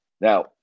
Now